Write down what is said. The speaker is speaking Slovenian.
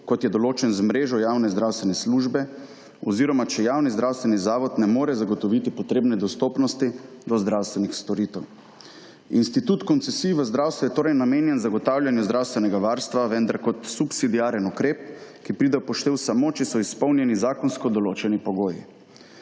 kot je določen z mrežo javne zdravstvene službe oziroma če javni zdravstveni zavod ne more zagotoviti potrebne dostopnosti do zdravstvenih storitev. Institut koncesij v zdravstvu je torej namenjen zagotavljanju zdravstvenega varstva, vendar kot subsidiaren ukrep, ki pride v poštev samo, če so izpuljeni zakonsko določeni pogoji.